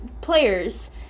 players